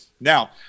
Now